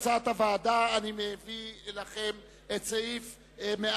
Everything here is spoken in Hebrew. ההסתייגות לחלופין (3) של קבוצת סיעת מרצ,